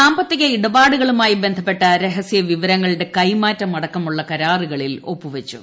സാമ്പത്തിക ഇടപാടുകളുമായി ബന്ധപ്പെട്ട രഹസ്യ വിവരങ്ങളുടെ കൈമാറ്റം അടക്കമുള്ള കരാറുകളിൽ ഒപ്പുവെച്ചു